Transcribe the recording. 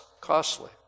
costly